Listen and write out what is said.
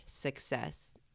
success